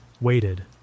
waited